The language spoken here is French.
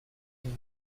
une